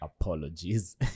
Apologies